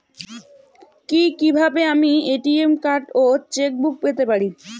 কি কিভাবে আমি এ.টি.এম কার্ড ও চেক বুক পেতে পারি?